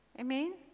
amen